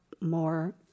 more